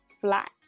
flat